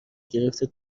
گرفته